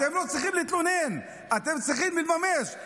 אתם לא צריכים להתלונן, אתם צריכים לממש.